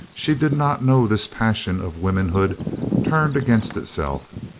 she did not know this passion of womanhood turned against itself.